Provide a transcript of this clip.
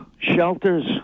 shelters